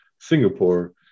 Singapore